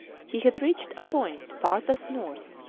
he had reached a point farthest north,